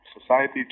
society